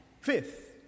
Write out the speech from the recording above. Fifth